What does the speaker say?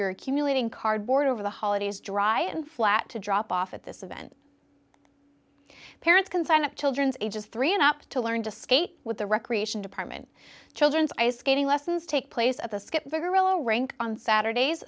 your accumulating cardboard over the holidays dry and flat to drop off at this event parents can sign up children's ages three and up to learn to skate with the recreation department children's ice skating lessons take place at the skip figure will rank on saturdays